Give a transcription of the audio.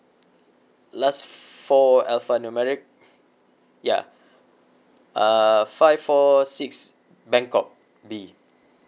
last four alpha numeric ya uh five four six bangkok B